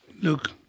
look